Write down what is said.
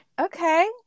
okay